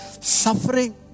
suffering